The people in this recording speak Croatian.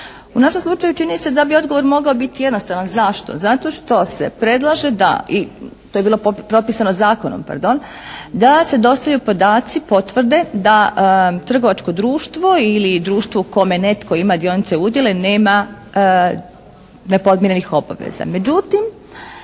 U našem slučaju čini se da bi odgovor mogao biti jednostavan. Zašto? Zato što se predlaže da i to je bilo propisano zakonom, pardon, da se dostavljaju podaci, potvrde da trgovačko društvo ili društvo u kome netko ima dionice i udjele nema nepodmirenih obaveza.